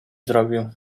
zrobił